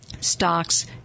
stocks